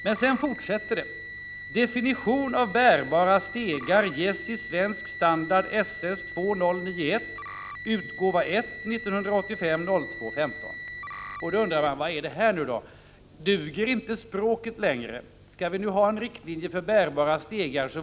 Men sedan fortsätter det: ”Definition av bärbara stegar ges i Svensk Standard SS 2091, Utgåva 1, 1985-02-15.” Då undrar man: Vad är detta? Duger inte språket längre?